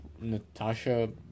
Natasha